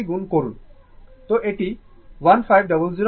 তো এটি 1500 r p m revolution প্রতি মিনিটে হবে